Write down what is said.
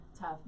tough